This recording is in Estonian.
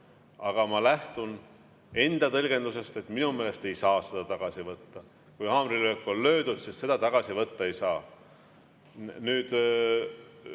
Aga ma lähtun enda tõlgendusest, minu meelest ei saa seda tagasi võtta. Kui haamrilöök on löödud, siis seda tagasi võtta ei saa. Nüüd